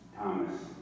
Thomas